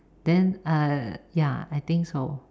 then uh ya I think so